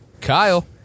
Kyle